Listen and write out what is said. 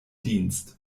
dienst